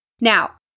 Now